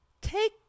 Take